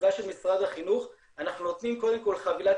לסביבה של משרד החינוך אנחנו נותנים קודם כל חבילת